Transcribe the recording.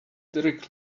direct